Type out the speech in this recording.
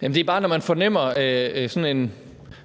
Det er bare, fordi man fornemmer sådan